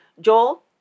Joel